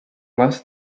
less